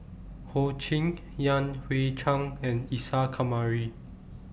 Ho Ching Yan Hui Chang and Isa Kamari